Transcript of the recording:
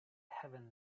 heaven